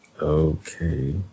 okay